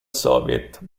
soviet